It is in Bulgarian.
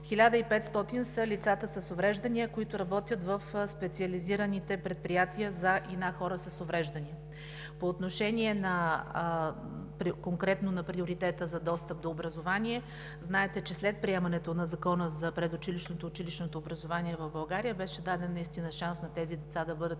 1500 са лицата с увреждания, които работят в специализираните предприятия за и на хора с увреждания. По отношение конкретно на приоритета за достъп до образование, знаете, че след приемането на Закона за предучилищното и училищното образование в България беше даден наистина шанс на тези деца да бъдат